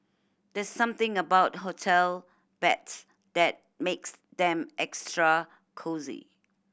there's something about hotel beds that makes them extra cosy